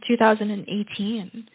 2018